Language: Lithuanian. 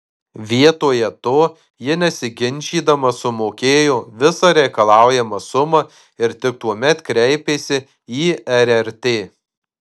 vietoje to ji nesiginčydama sumokėjo visą reikalaujamą sumą ir tik tuomet kreipėsi į rrt